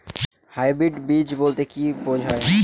Hybrid বীজ বলতে কী বোঝায়?